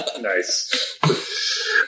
Nice